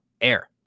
air